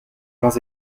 vingt